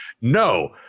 No